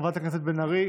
חברת הכנסת בן ארי,